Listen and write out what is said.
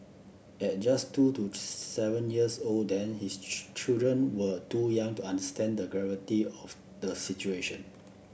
at just two to seven years old then his children were too young to understand the gravity of the situation